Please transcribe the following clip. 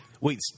Wait